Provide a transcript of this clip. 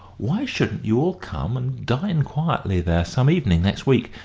why shouldn't you all come and dine quietly there some evening next week,